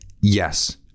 Yes